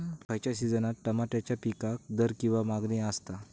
खयच्या सिजनात तमात्याच्या पीकाक दर किंवा मागणी आसता?